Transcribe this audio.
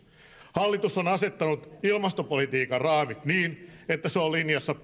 hallitus on asettanut ilmastopolitiikan raamit niin että se on linjassa